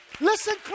Listen